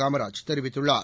காமராஜ் தெரிவித்துள்ளார்